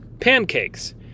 pancakes